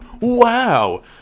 wow